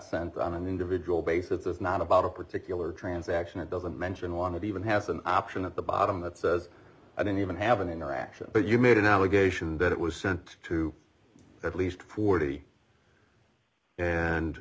sent on an individual basis is not about a particular transaction it doesn't mention want to be even has an option at the bottom that says i don't even have an interaction but you made an allegation that it was sent to at least forty and